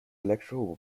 electoral